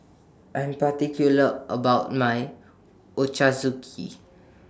I'm particular about My Ochazuke